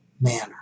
manner